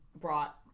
brought